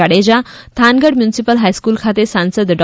Jadeja Thangadh municipal high school ખાતે સાંસદ ડો